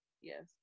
Yes